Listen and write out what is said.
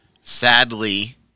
sadly